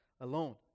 alone